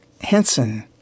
Henson